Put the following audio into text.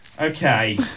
Okay